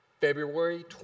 February